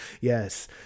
yes